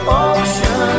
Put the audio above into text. ocean